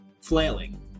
flailing